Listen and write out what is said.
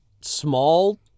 small